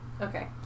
Okay